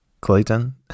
Clayton